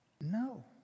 No